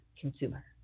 consumer